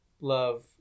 love